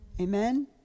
Amen